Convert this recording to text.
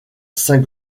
saint